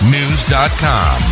News.com